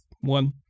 one